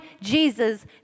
Jesus